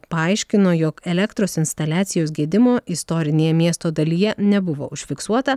paaiškino jog elektros instaliacijos gedimo istorinėje miesto dalyje nebuvo užfiksuota